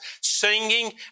singing